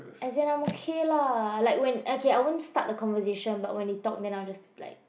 I think I'm okay lah like when okay I won't start a conversation but when he talk then I will just like